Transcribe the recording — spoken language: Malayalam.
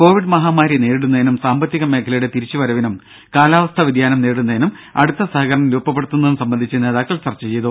കോവിഡ് മഹാമാരി നേരിടുന്നതിനും സാമ്പത്തിക മേഖലയുടെ തിരിച്ചുവരവിനും കാലാവസ്ഥാ വ്യതിയാനം നേരിടുന്നതിനും അടുത്ത സഹകരണം രൂപപ്പെടുത്തുന്നതും നേതാക്കൾ ചർച്ച ചെയ്തു